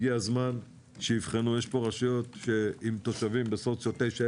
יש פה רשויות עם תושבים בסוציו 9,